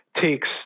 takes